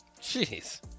Jeez